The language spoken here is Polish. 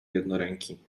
jednoręki